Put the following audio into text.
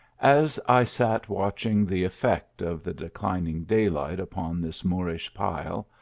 as i sat watching the effect of the declining day light upon this moorish pile,